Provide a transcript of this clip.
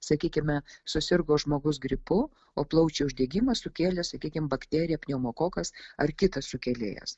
sakykime susirgo žmogus gripu o plaučių uždegimą sukėlė sakykim bakterija pneumokokas ar kitas sukėlėjas